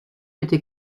était